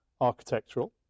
architectural